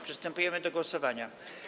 Przystępujemy do głosowania.